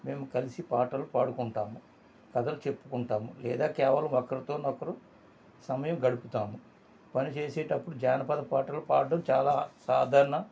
మేము కలిసి పాటలు పాడుకుంటాము కథలు చెప్పుకుంటాము లేదా కేవలం ఒకరితో ఒకరు సమయం గడుపుతాము పనిచేసేటప్పుడు జానపద పాటలు పాడడం చాలా సాధారణ